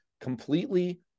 completely